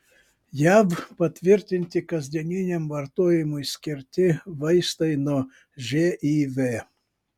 jav patvirtinti kasdieniniam vartojimui skirti vaistai nuo živ